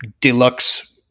deluxe